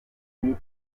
mieux